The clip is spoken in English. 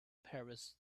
paris